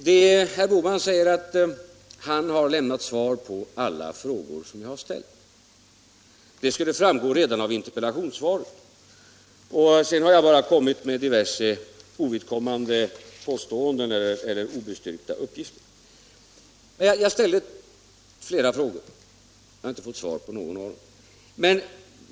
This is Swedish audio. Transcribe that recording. Herr Bohman säger att han svarat på alla frågor jag ställt — det skulle han ha gjort redan i interpellationssvaret; därefter skulle jag bara ha kommit med diverse ovidkommande påståenden eller obestyrkta uppgifter. Jag har ställt flera frågor, men jag har inte fått svar på någon av dem.